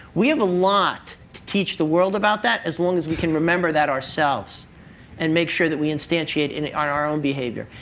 we have a lot to teach the world about that as long as we can remember that ourselves and make sure that we instantiate and on our own behavior.